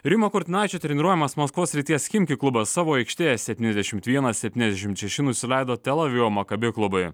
rimo kurtinaičio treniruojamas maskvos srities chimki klubas savo aikštėje septyniasdešimt vienas septyniasdešimt šeši nusileido tel avivo makabi klubui